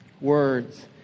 Words